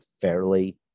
fairly